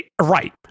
right